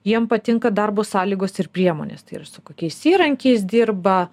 jiem patinka darbo sąlygos ir priemonės tai yra su kokiais įrankiais dirba